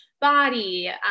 body